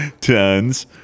Tons